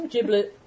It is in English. Giblet